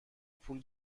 پول